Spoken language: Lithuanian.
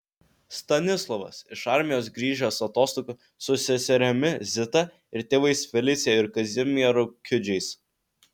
stanislovas iš armijos grįžęs atostogų su seserimi zita ir tėvais felicija ir kazimieru kiudžiais